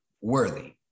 worthy